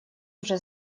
уже